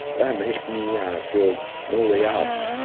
that makes me yeah feel no way out,